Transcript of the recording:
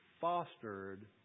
fostered